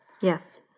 Yes